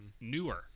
newer